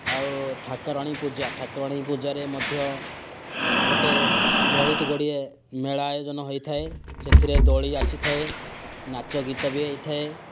ଆଉ ଠାକୁରାଣୀ ପୂଜା ଠାକୁରାଣୀ ପୂଜାରେ ମଧ୍ୟ ଗୋଟିଏ ବହୁତ ଗୁଡ଼ିଏ ମେଳା ଆୟୋଜନ ହୋଇଥାଏ ସେଥିରେ ଦୋଳି ଆସିଥାଏ ନାଚ ଗୀତ ବି ହୋଇଥାଏ